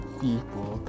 people